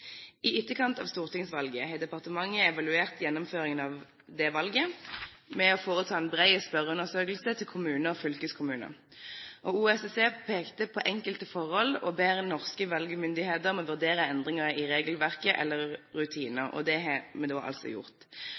I etterkant av stortingsvalget har departementet evaluert gjennomføringen av valget ved å foreta en bred spørreundersøkelse i kommuner og fylkeskommuner. OSSE pekte på enkelte forhold og ber norske valgmyndigheter om å vurdere endringer i regelverket eller rutiner, og det har vi altså gjort.